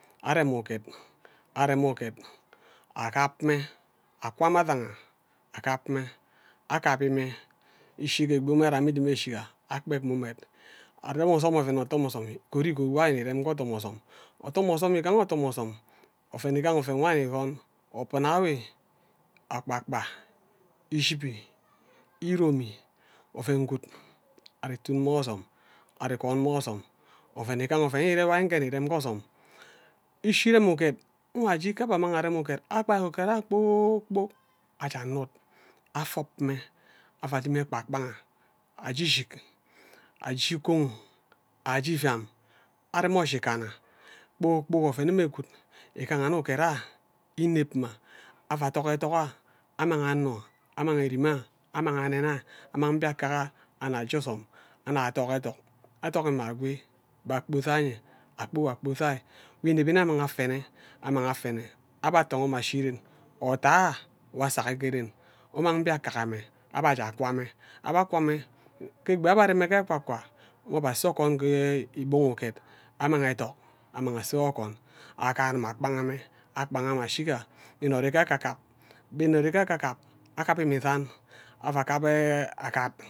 Arem uget arem uget agabm mme akwa mme adanha agabim agabi mme ishi ke egbi omed amme idimi eshiga akpab mme are oven othom ozom igori gord nwo ari nni rem ke otham ozom othom ozom igaha othom ozom oven igaha oven nhee ari nni igun akpa ifa awe akpa kpa ishibi iromi oven gwod ari tun mme ozom ari gun mme ozom oven igaha oven ire nwo ari je irem ke ozam ishi urem uget nwe nge abhe nna arem uget akpad mme kpor kpok aja anud afob mme aja adimi ekpan kpange aje ishik aje ukoho aje iviam are oshigana kpor kpok oven mme gwud igaha nne uget ineb mma ava aduk ethok ethok amang anno amarmg erima annang anne nah amang mbiakak anu aje ozo nnun athok ethok athoki mma akwe a bhe akpor ivai nya akpor nyen akpor ivai nwi inebi nne amang affene amang afene abhe atongo mme ashi ren otah nwo azagi ke ren umang mbiakak amme abhe aja akwame abhe akwa mme akwe egbi nwo abhe arem mme ke ekwe kwa nga abhe asie okwon ke uget annang ethek amang ase okwon aga agima akpunga mme akpangi mme eshiga inori ke mme isam ava